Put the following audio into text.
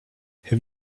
have